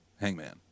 Hangman